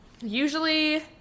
usually